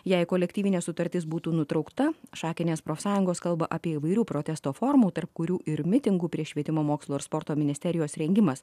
jei kolektyvinė sutartis būtų nutraukta šakinės profsąjungos kalba apie įvairių protesto formų tarp kurių ir mitingų prieš švietimo mokslo ir sporto ministerijos rengimas